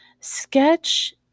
sketch